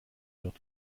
wird